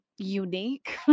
unique